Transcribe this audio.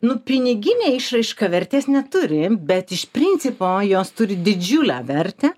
nu pinigine išraiška vertės neturi bet iš principo jos turi didžiulę vertę